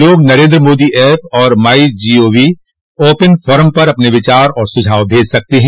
लोग नरेन्द्र मोदी ऐप और MyGov open forum पर अपने विचार और सुझाव भेज सकते हैं